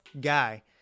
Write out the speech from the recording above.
guy